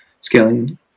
scaling